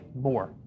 more